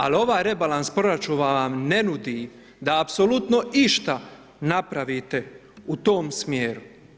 Al, ovaj rebalans proračuna vam ne nudi da apsolutno išta napravite u tom smjeru.